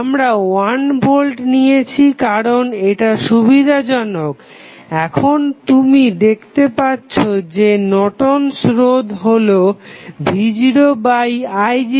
আমরা 1 ভোল্ট নিয়েছি কারণ এটা সুবিধাজনক এখন তুমি দেখতে পাচ্ছো যে নর্টন'স রোধ Nortons resistance হলো v0i0